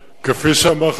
בשם שר הביטחון?